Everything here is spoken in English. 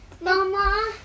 Mama